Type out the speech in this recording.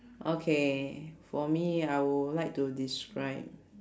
okay for me I would like to describe